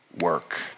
work